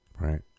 Right